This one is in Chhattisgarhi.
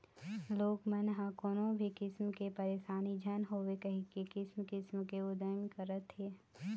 लोगन ह कोनो भी किसम के परसानी झन होवय कहिके किसम किसम के उदिम करत हे